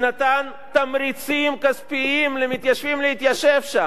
שנתן תמריצים כספיים למתיישבים להתיישב שם.